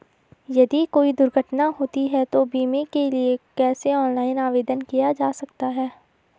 यदि कोई दुर्घटना होती है तो बीमे के लिए कैसे ऑनलाइन आवेदन किया जा सकता है?